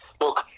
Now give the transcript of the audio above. look